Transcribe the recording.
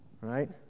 Right